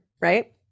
right